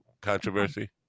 controversy